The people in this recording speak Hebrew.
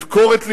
לדקור את לבם,